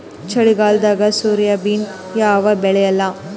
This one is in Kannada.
ಚಳಿಗಾಲದಾಗ ಸೋಯಾಬಿನ ಯಾಕ ಬೆಳ್ಯಾಲ?